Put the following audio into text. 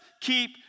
keep